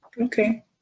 Okay